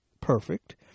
perfect